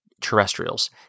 terrestrials